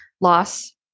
loss